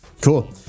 Cool